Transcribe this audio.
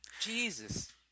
Jesus